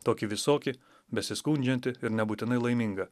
tokį visokį besiskundžiantį ir nebūtinai laimingą